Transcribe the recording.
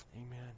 Amen